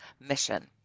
mission